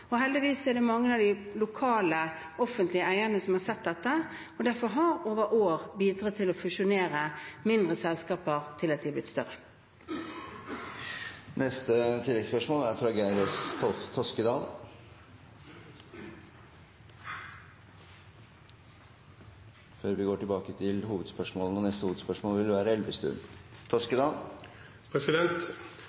Heldigvis er det mange av de lokale, offentlige eierne som har sett dette, og som derfor over år har bidratt til å fusjonere mindre selskaper slik at de har blitt større. Geir S. Toskedal – til oppfølgingsspørsmål. Velferdsordningene i Norge er avhengig av høy sysselsetting og produktivitet i møte med aldring av befolkningen og